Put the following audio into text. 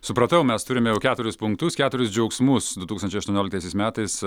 supratau mes turime jau keturis punktus keturis džiaugsmus du tūkstančiai aštuonioliktaisiais metais